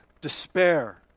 despair